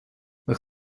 nach